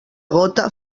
gota